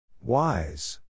Wise